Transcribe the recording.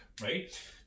Right